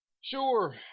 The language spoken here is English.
Sure